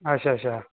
अच्छा अच्छा